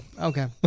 okay